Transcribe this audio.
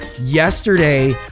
Yesterday